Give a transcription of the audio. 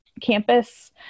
campus